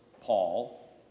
Paul